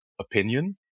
opinion